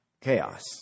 chaos